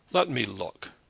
let me look.